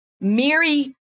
Mary